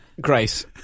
Grace